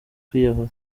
kwiyahura